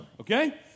Okay